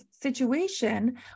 situation